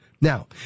Now